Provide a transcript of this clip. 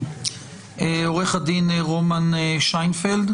עו"ד רומן שיינפלד